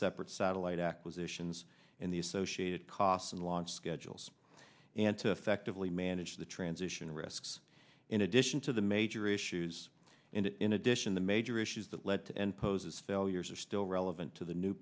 separate satellite acquisitions in the associated costs and launch schedules and to effect of really manage the transition risks in addition to the major issues in addition the major issues that lead to and poses failures are still relevant to the new